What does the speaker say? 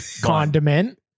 condiment